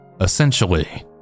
Essentially